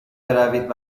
بروید